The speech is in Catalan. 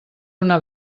una